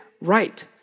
right